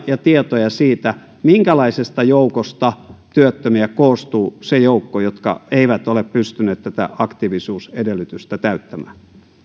ja tietoja siitä minkälaisesta joukosta työttömiä koostuu se joukko joka ei ole pystynyt tätä aktiivisuus edellytystä täyttämään